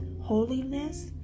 holiness